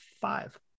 five